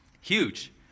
Huge